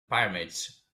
pyramids